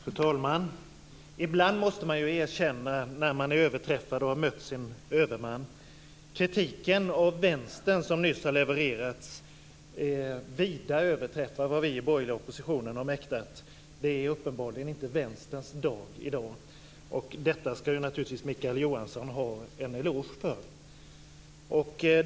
Fru talman! Ibland måste man erkänna att man är överträffad och har mött sin överman. Den kritik av Vänstern som nyss har levererats överträffar vida vad vi i den borgerliga oppositionen har mäktat med. Det är uppenbarligen inte Vänsterns dag i dag. Detta ska naturligtvis Mikael Johansson ha en eloge för.